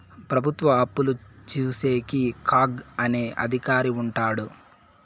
ప్రభుత్వ అప్పులు చూసేకి కాగ్ అనే అధికారి ఉంటాడు